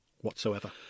whatsoever